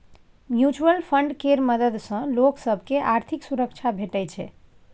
mutual fund केर मदद सँ लोक सब केँ आर्थिक सुरक्षा भेटै छै